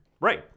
Right